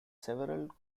several